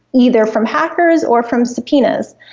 either from hackers or from subpoenas?